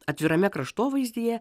atvirame kraštovaizdyje